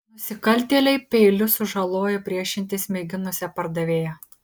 nusikaltėliai peiliu sužalojo priešintis mėginusią pardavėją